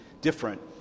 different